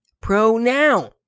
Pronoun